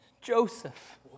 Joseph